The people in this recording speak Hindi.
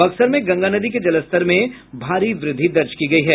बक्सर में गंगा नदी के जलस्तर में भारी वृद्धि दर्ज की गयी है